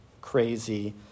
crazy